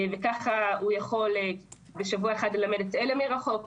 יכול בשבוע אחד ללמד את אלה מרחוק,